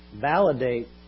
validate